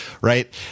right